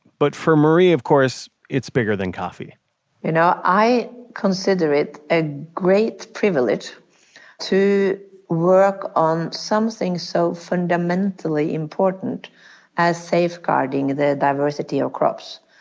but for marie, of course, it's bigger than coffee you know, i consider it a great privilege to work on something so fundamentally important as safeguarding the diversity of crops.